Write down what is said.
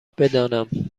بدانم